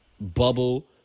bubble